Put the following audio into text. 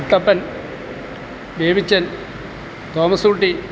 Kuttappan Babychan Thomaskutty